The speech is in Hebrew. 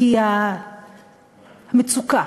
כי המצוקה